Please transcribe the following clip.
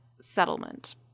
settlement